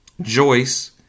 Joyce